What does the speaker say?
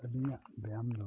ᱟᱹᱞᱤᱧᱟᱜ ᱵᱤᱭᱟᱢ ᱫᱚ